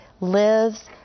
lives